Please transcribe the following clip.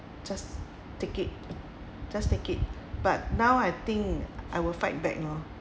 just take it just take it but now I think I will fight back you know